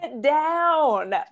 down